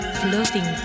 floating